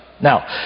Now